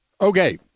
Okay